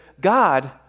God